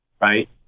right